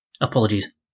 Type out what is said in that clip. apologies